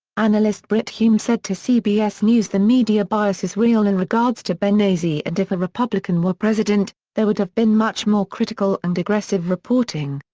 analyst brit hume said to cbs news that media bias is real in regards to benghazi and if a republican were president, there would have been much more critical and aggressive reporting.